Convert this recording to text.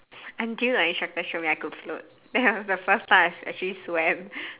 until my instructor show my I could float that was the first time I actually swam